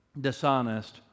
dishonest